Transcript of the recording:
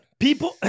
People